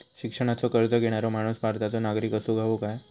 शिक्षणाचो कर्ज घेणारो माणूस भारताचो नागरिक असूक हवो काय?